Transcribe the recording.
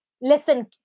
Listen